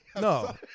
No